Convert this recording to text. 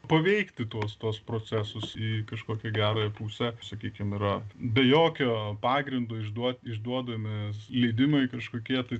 na paveikti tuos tuos procesus į kažkokią gerąją pusę sakykim yra be jokio pagrindo išduoti išduodami leidimai kažkokie tai